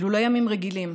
אלו לא ימים רגילים,